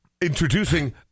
introducing